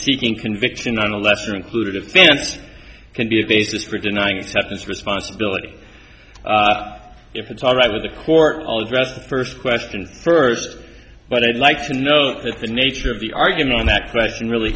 seeking conviction on a lesser included offense can be a basis for denying except this responsibility if it's alright with the court i'll address the first question first but i'd like to note that the nature of the argument on that question really